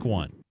one